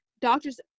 doctors